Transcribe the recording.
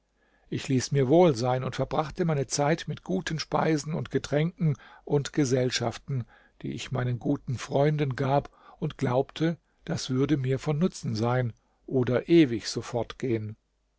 ich ließ mir wohl sein und verbrachte meine zeit mit guten speisen und getränken und gesellschaften die ich meinen guten freunden gab und glaubte das würde mir von nutzen sein oder ewig